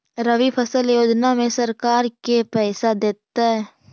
रबि फसल योजना में सरकार के पैसा देतै?